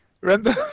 remember